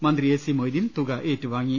മന്ത്രി A C Moideen തുക ഏറ്റുവാങ്ങി